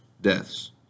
deaths